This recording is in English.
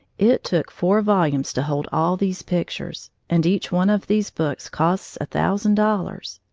it took four volumes to hold all these pictures, and each one of these books costs a thousand dollars.